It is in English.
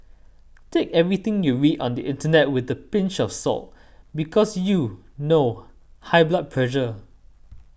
take everything you read on the internet with a pinch of salt because you know high blood pressure